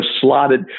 slotted